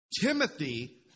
Timothy